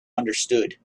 understood